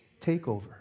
takeover